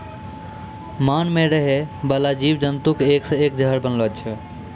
मान मे रहै बाला जिव जन्तु के एक से एक जहर बनलो छै